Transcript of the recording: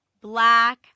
black